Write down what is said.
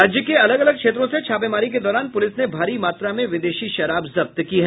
राज्य के अलग अलग क्षेत्रों से छापेमारी के दौरान पूलिस ने भारी मात्रा में विदेशी शराब जब्त की है